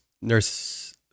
nurse